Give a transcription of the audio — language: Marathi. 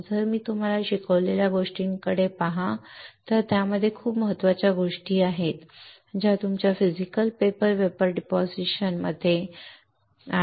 आज मी तुम्हाला शिकवलेल्या गोष्टींकडे पाहा त्या खूप महत्त्वाच्या गोष्टी आहेत ज्या तुमच्या फिजिकल वेपर डिपॉझिशन आहेत बरोबर